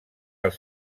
els